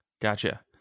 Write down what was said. Gotcha